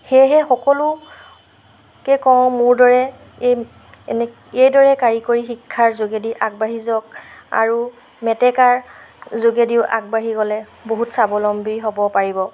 সেয়েহে সকলোকে কওঁ মোৰ দৰে এই এনে এইদৰে কাৰিকৰী শিক্ষাৰ যোগেদি আগবাঢ়ি যাওক আৰু মেটেকাৰ যোগেদিও আগবাঢ়ি গ'লে বহুত স্বাৱলম্বী হ'ব পাৰিব